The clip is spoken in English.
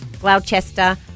Gloucester